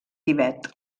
tibet